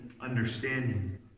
understanding